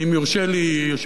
יושב-ראש הקואליציה,